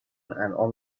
انعام